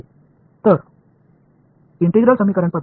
எனவே equations methods